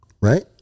right